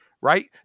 Right